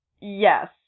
yes